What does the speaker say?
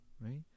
right